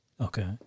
Okay